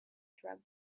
drug